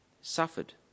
suffered